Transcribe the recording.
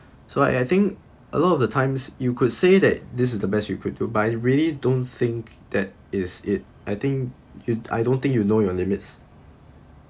so I I think a lot of the times you could say that this is the best you could do but I really don't think that is it I think it I don't think you know your limits